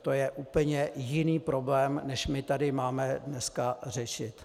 To je úplně jiný problém, než tady máme dneska řešit.